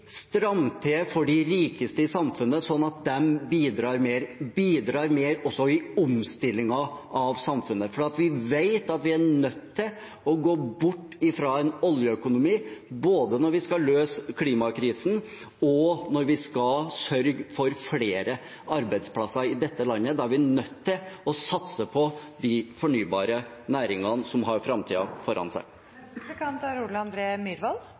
for de rikeste i samfunnet, slik at de bidrar mer, også i omstillingen av samfunnet. Vi vet at vi er nødt til å gå bort fra en oljeøkonomi, både når vi skal løse klimakrisen, og når vi skal sørge for flere arbeidsplasser i dette landet. Da er vi nødt til å satse på de fornybare næringene, som har framtiden foran seg.